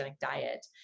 diet